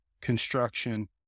construction